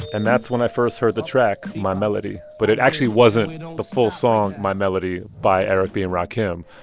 and that's when i first heard the track my melody. but it actually wasn't you know the full song my melody by eric b. and rakim.